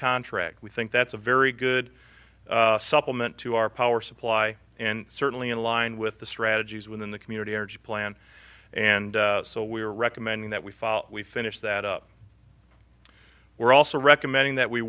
contract we think that's a very good supplement to our power supply and certainly in line with the strategies within the community energy plan and so we are recommending that we file we finish that up we're also recommending that we